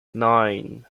nine